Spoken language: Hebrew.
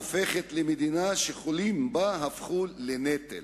הופכת למדינה שחולים בה הפכו לנטל.